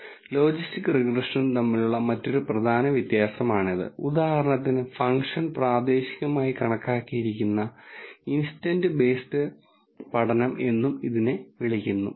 data science problem ഇനിപ്പറയുന്നതാണ് ഞാൻ നിങ്ങൾക്ക് ഒരു പുതിയ ഡാറ്റ പോയിന്റ് നൽകിയാൽ നമുക്ക് x1 x2 xn വരെ പറയാം അൽഗോരിതത്തിന് വർഗ്ഗീകരിക്കാൻ കഴിയണം ഈ പോയിന്റ് ഒന്നുകിൽ ക്ലാസ് 1 അല്ലെങ്കിൽ അത് ക്ലാസ് 2 ൽ നിന്ന് വന്നതാകാം